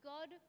God